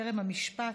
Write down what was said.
טרם המשפט,